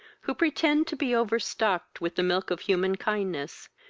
who pretend to be overstocked with the milk of human kindness,